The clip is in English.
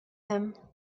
him